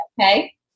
okay